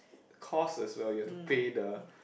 costs as well you have to pay the